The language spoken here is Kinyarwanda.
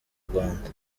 rwanda